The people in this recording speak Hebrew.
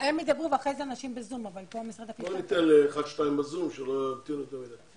10 שנים אני בארץ.